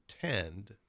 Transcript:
tend